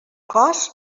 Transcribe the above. cost